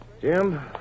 Jim